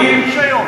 רק רשיון.